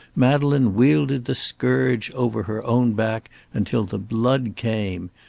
madeleine wielded the scourge over her own back until the blood came.